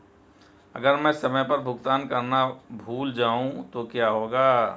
अगर मैं समय पर भुगतान करना भूल जाऊं तो क्या होगा?